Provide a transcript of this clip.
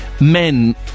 men